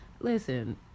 Listen